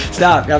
stop